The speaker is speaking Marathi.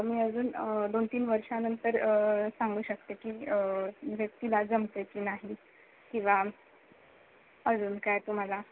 मी अजून दोन तीन वर्षांनंतर सांगू शकते की व्यक्तीला जमतं आहे की नाही किंवा अजून काय तुम्हाला